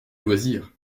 loisir